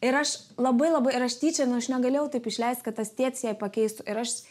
ir aš labai labai ir aš tyčia nu aš negalėjau taip išleist kad tas tėtis jai pakeistų ir aš